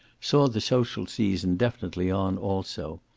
saw the social season definitely on, also,